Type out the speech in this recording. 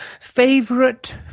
Favorite